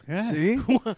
See